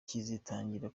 kizatangira